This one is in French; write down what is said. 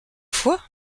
fois